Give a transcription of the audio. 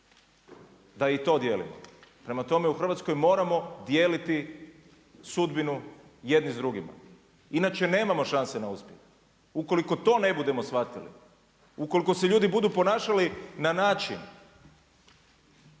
da i to dijelimo. Prema tome, u Hrvatskoj moramo dijeliti sudbinu jedni s drugima, inače nemamo šanse … ukoliko to ne budemo shvatili, ukoliko se ljudi budu ponašali na način